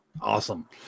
Awesome